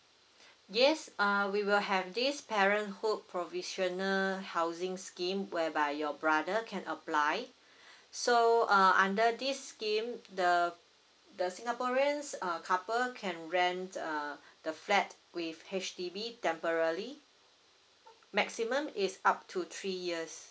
yes uh we will have this parenthood provisional housing scheme whereby your brother can apply so uh under this scheme the the singaporeans uh couple can rent uh the flat with H_D_B temporarily maximum is up to three years